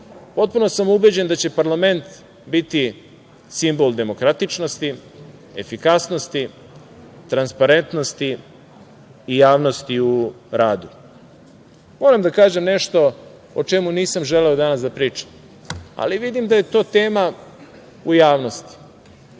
Potpuno sam ubeđen da će parlament biti simbol demokratičnosti, efikasnosti, transparentnosti i javnosti u radu. Moram da kažem nešto o čemu nisam želeo danas da pričam, ali vidim da je to tema u javnosti,